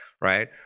right